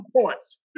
points